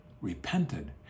repented